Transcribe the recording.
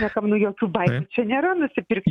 niekam nu jokių baimių čia nėra nusipirkti